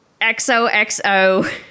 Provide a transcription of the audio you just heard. XOXO